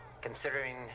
considering